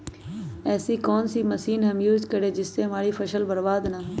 ऐसी कौन सी मशीन हम यूज करें जिससे हमारी फसल बर्बाद ना हो?